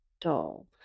doll